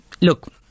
Look